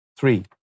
Three